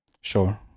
Sure